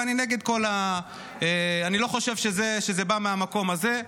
ואני לא חושב שזה בא מהמקום הזה,